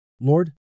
Lord